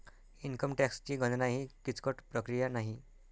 income टॅक्सची गणना ही किचकट प्रक्रिया नाही